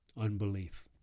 unbelief